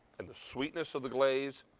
and the sweetness of the glaze,